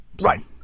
Right